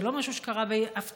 זה לא משהו שקרה בהפתעה,